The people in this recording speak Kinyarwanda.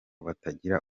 batagira